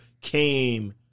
came